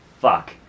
fuck